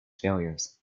failures